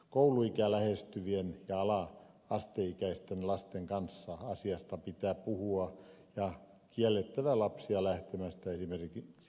kouluikää lähestyvien ja ala asteikäisten lasten kanssa asiasta pitää puhua ja on kiellettävä lapsia lähtemästä esimerkiksi tuntemattomien mukaan